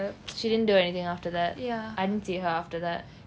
she didn't do anything after that I didn't see her after that